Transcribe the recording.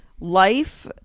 Life